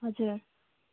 हजुर